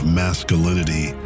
masculinity